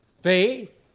faith